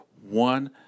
one